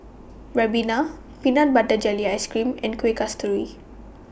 Ribena Peanut Butter Jelly Ice Cream and Kuih Kasturi